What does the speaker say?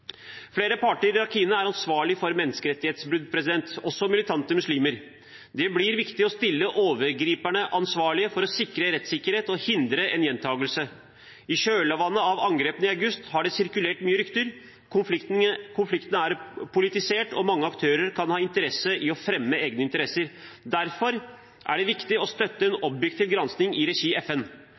Flere parter i Rakhine er ansvarlige for menneskerettighetsbrudd, også militante muslimer. Det blir viktig å stille overgriperne til ansvar – for å sikre rettssikkerhet og hindre en gjentakelse. I kjølvannet av angrepene i august har det sirkulert mange rykter. Konflikten er politisert, og mange aktører kan ha interesse av å fremme egne interesser. Derfor er det viktig å støtte en objektiv gransking i regi av FN.